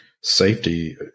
Safety